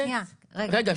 רגע שנייה -- רגע,